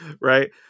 right